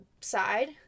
side